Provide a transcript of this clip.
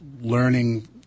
learning